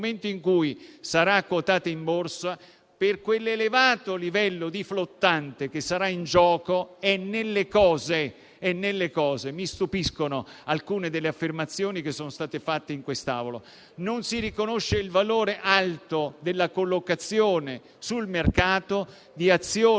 nel momento della quotazione in borsa, per quell'elevato livello di flottante che sarà in gioco, è nelle cose. Mi stupiscono alcune delle affermazioni fatte in quest'Assemblea, in cui non si riconosce il valore alto della collocazione sul mercato di azioni